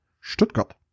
Stuttgart